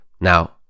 Now